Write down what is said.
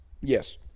Yes